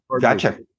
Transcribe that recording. gotcha